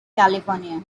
california